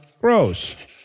gross